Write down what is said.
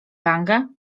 lange